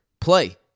play